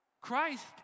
Christ